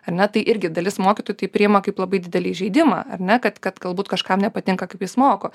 ar ne tai irgi dalis mokytojų tai priima kaip labai didelį įžeidimą ar ne kad kad galbūt kažkam nepatinka kaip jis moko